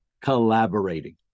collaborating